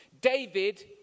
David